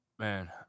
Man